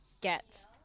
get